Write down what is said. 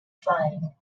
flying